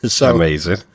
Amazing